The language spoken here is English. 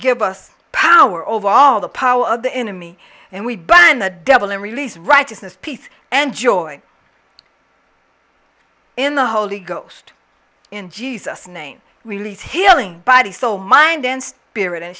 give us power over all the power of the enemy and we bind the devil and release righteousness peace and joy in the holy ghost in jesus name release healing body soul mind and spirit and